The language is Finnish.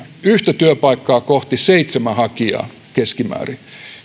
yhtä työpaikkaa kohti seitsemän hakijaa keskimäärin